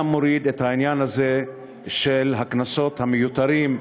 אתה מוריד את העניין הזה של הקנסות המיותרים.